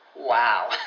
Wow